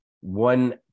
one